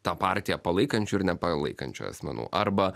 tą partiją palaikančių ir nepalaikančių asmenų arba